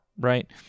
right